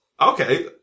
Okay